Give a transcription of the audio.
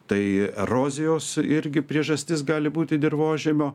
tai erozijos irgi priežastis gali būti dirvožemio